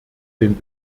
den